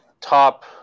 top